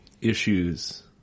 issues